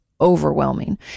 overwhelming